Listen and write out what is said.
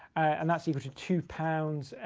and that's equal to two pounds,